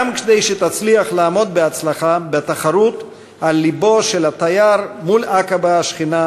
גם כדי שתצליח לעמוד בהצלחה בתחרות על לבו של התייר מול עקבה השכנה,